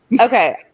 okay